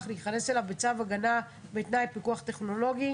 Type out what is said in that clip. להיכנס אליו בצו הגנה בתנאי פיקוח טכנולוגי,